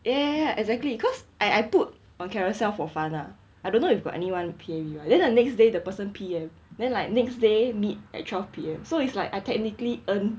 ya ya ya exactly cause I I put on carousell for fun lah I don't know if got anyone pay me mah then the next day the person P_M then like next day meet at twelve P_M so it's like I technically earn